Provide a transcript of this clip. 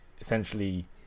essentially